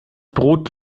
brot